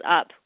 up